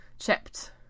Chipped